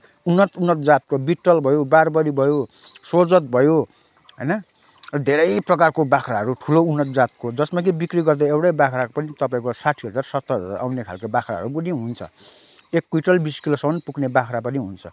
उन्नत उन्नत जातको बिट्टल भयो बार्बरी भयो सोजद भयो होइन धेरै प्रकारको बाख्राहरू ठुलो उन्नत जातको जसमा कि बिक्री गर्दा एउटै बाख्राको पनि तपाईँको साठी हजार सत्तर हजार आउने खालको बाख्राहरू पनि हुन्छ एक क्विन्टल बिस किलोसम्म पुग्ने बाख्रा पनि हुन्छ